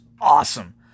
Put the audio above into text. awesome